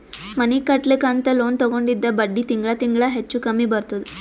ಮನಿ ಕಟ್ಲಕ್ ಅಂತ್ ಲೋನ್ ತಗೊಂಡಿದ್ದ ಬಡ್ಡಿ ತಿಂಗಳಾ ತಿಂಗಳಾ ಹೆಚ್ಚು ಕಮ್ಮಿ ಬರ್ತುದ್